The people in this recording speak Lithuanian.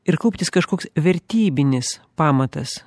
ir kauptis kažkoks vertybinis pamatas